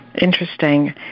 interesting